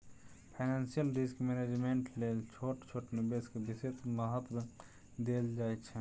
financial risk management लेल छोट छोट निवेश के विशेष महत्व देल जाइ छइ